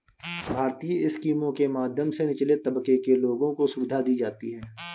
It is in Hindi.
भारतीय स्कीमों के माध्यम से निचले तबके के लोगों को सुविधा दी जाती है